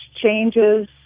changes